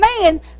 man